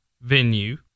venue